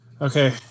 Okay